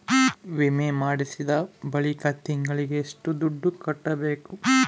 ವಿಮೆ ಮಾಡಿಸಿದ ಬಳಿಕ ತಿಂಗಳಿಗೆ ಎಷ್ಟು ದುಡ್ಡು ಕಟ್ಟಬೇಕು?